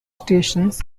stations